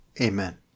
Amen